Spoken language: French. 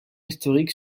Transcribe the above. historiques